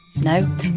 No